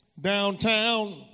downtown